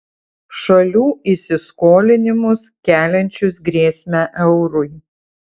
šalių įsiskolinimus keliančius grėsmę eurui